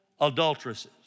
adulteresses